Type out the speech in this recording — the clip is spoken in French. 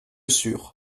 sûre